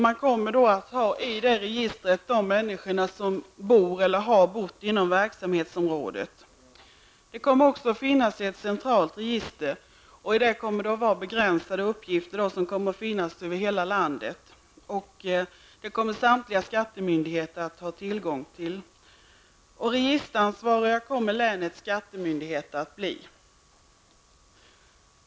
Man kommer då att i det registret ha uppgifter om de människor som bor eller har bott inom verksamhetsområdet. Det kommer också att finnas ett centralt register med begränsade uppgifter, som kommer att finnas över hela landet. Det kommer samtliga skattemyndigheter att ha tillgång till. Registeransvariga kommer länets skattemyndigheter att bli.